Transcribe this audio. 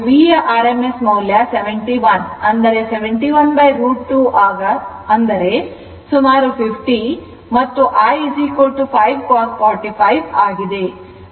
V ಯ rms ಮೌಲ್ಯ 71 ಅಂದರೆ 71 √ 2 ಸರಿಸುಮಾರು 50 ಮತ್ತು I 5 cos 45 o ಆಗಿದೆ